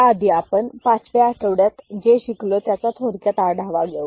त्याआधी आपण पाचव्या आठवड्यात जे शिकलो त्याचा थोडक्यात आढावा घेऊ